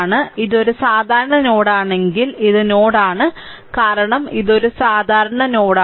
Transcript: അതിനാൽ ഇതൊരു സാധാരണ നോഡാണെങ്കിൽ ഇത് നോഡ് ആണ് കാരണം ഇത് ഒരു സാധാരണ നോഡാണ്